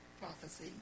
prophecy